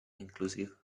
inclusive